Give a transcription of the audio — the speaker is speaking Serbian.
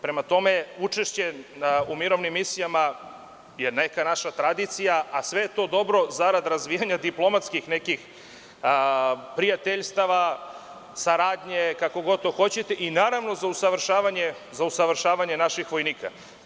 Prema tome učešće u mirovnim misijama je neka naša tradicija, a sve je to dobro za rada razvijanja diplomatskih nekih prijateljstava, saradnje, kako god to hoćete i naravno za usavršavanje naših vojnika.